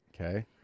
Okay